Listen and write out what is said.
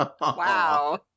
Wow